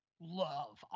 love